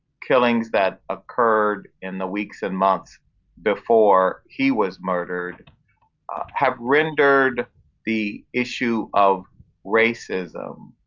killings that occurred in the weeks and months before he was murdered have rendered the issue of racism